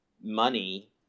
money –